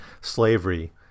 slavery